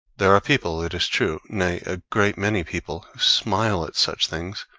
there are people, it is true nay, a great many people who smile at such things,